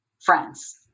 friends